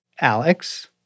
Alex